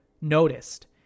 noticed